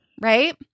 Right